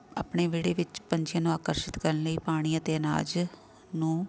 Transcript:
ਆਪਣੇ ਵਿਹੜੇ ਵਿੱਚ ਪੰਛੀਆਂ ਨੂੰ ਆਕਰਸ਼ਿਤ ਕਰਨ ਲਈ ਪਾਣੀ ਅਤੇ ਅਨਾਜ ਨੂੰ